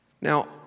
Now